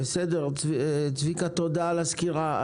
צביקה, תודה על הסקירה.